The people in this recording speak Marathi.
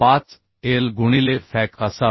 45l गुणिले fck असावे